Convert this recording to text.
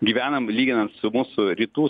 gyvenam lyginant su mūsų rytų